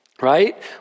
right